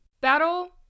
Battle